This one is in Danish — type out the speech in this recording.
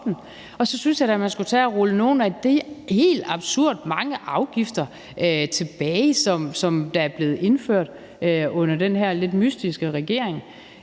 Og så synes jeg da, at man skulle tage at rulle nogle af de helt absurd mange afgifter, som er blevet indført under den her lidt mystiske i regering,